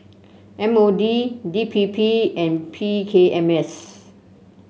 M O D D P P and P K M S